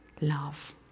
love